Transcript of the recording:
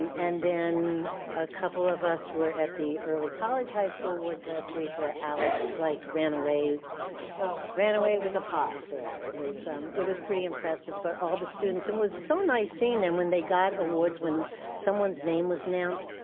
um and then a couple of us were at the early college high school awards last week where alex like, ran away so ran away with a pot there, it was it was pretty impressive, but all the students, it was so nice seeing them when they got awards when someone's name was announced,